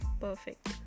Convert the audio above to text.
perfect